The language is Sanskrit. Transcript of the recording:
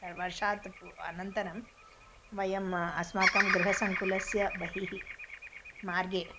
तर् वर्षात् पू अनन्तरं वयम् अस्माकं गृहसङ्कुलस्य बहिः मार्गे